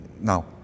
now